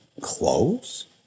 clothes